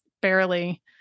barely